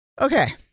Okay